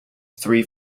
three